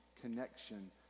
connection